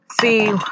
see